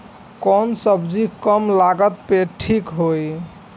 कौन सबजी कम लागत मे ठिक होई?